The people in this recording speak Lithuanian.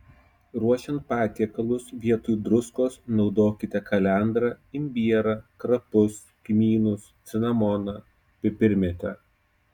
ruošiant patiekalus vietoj druskos naudokite kalendrą imbierą krapus kmynus cinamoną pipirmėtę